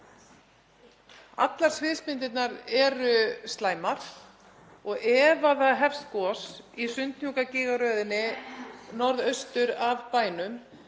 Allar sviðsmyndirnar eru slæmar og ef það hefst gos í Sundhnúkagígaröðinni norðaustur af bænum